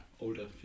older